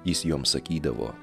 jis joms sakydavo